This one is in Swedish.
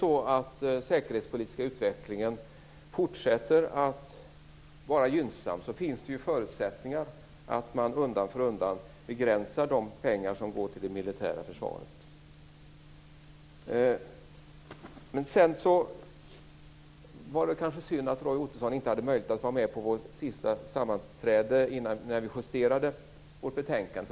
Om den säkerhetspolitiska utvecklingen fortsätter att vara gynnsam finns det förutsättningar för att undan för undan begränsa de pengar som går till det militära försvaret. Det var synd att Roy Ottosson inte hade möjlighet att vara med på sammanträdet då vi justerade utskottets betänkande.